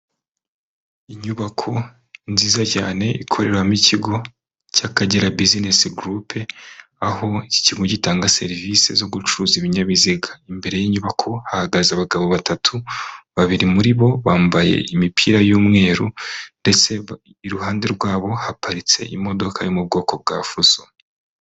Inyubako nziza cyane ikoreramo ikigo cy'Akagera bizinesi gurupe, aho iki kigo gitanga serivisi zo gucuruza ibinyabiziga. Imbere y'inyubako hahagaze abagabo batatu, babiri muri bo bambaye imipira y'umweru ndetse iruhande rwabo haparitse imodoka yo mu bwoko bwa fuso.